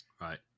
right